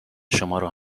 شمارو